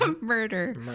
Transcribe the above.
Murder